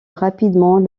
rapidement